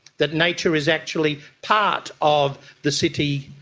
that nature is actually part of the city,